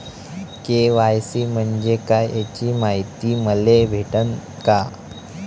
KYC म्हंजे काय याची मायती मले भेटन का?